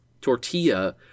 tortilla